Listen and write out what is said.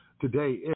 Today